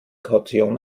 kaution